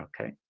okay